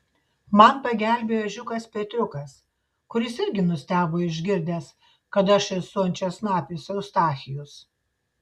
man pagelbėjo ežiukas petriukas kuris irgi nustebo išgirdęs kad aš esu ančiasnapis eustachijus